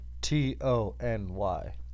T-O-N-Y